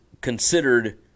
considered